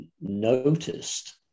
noticed